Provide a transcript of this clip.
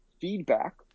feedback